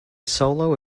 solo